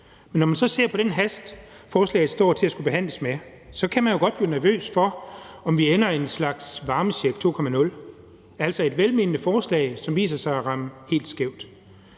Men når man så ser på den hast, forslaget står til at skulle behandles med, kan man jo godt blive nervøs for, om vi ender i en slags varmecheck 2.0, altså et velmenende forslag, som viser sig at ramme helt skævt.